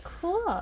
Cool